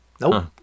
Nope